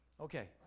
Okay